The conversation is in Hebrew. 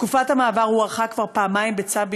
תקופת המעבר הוארכה כבר פעמיים בצו,